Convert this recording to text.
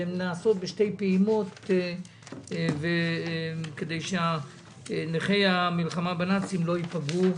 והן נעשות בשתי פעימות כדי שנכי המלחמה בנאצים לא ייפגעו.